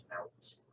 out